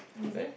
is it